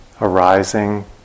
arising